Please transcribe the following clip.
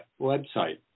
website